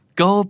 go